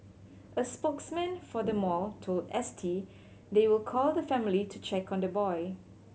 a spokesman for the mall told S T they will call the family to check on the boy